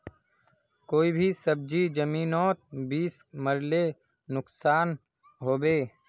कोई भी सब्जी जमिनोत बीस मरले नुकसान होबे?